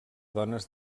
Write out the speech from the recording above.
dones